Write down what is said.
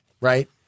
right